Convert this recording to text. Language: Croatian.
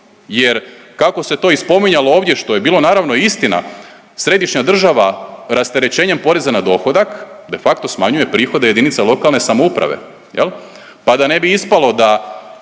jer, kako se to i spominjalo ovdje, što je bilo, naravno istina, središnja država rasterećenjem poreza na dohodak de facto smanjuje prihode jedinice lokalne samouprave, je li? Pa da ne bi ispalo da